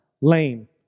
lame